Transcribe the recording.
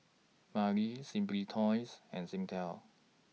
Simply Toys and Singtel